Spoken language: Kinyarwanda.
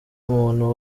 muntu